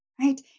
right